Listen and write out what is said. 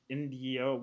India